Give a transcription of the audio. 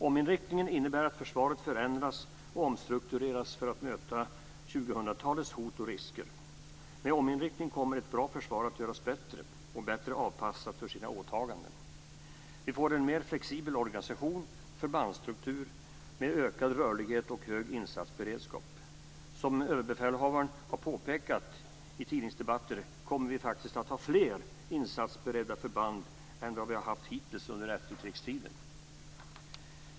Ominriktningen innebär att försvaret förändras och omstruktureras för att möta 2000-talets hot och risker. Med ominriktningen kommer ett bra försvar att göras bättre och bli bättre avpassat för sina åtaganden. Vi får en mer flexibel organisation och förbandsstruktur med ökad rörlighet och hög insatsberedskap. Som överbefälhavaren har påpekat i tidningsdebatter kommer vi faktiskt att ha fler insatsberedda förband än vad vi har haft hittills under efterkrigstiden.